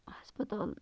ہسپتالن